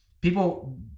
people